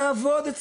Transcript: לחידושם,